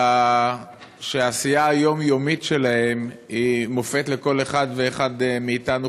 אלא שהעשייה היומיומית שלהם היא מופת לכל אחד ואחד מאיתנו,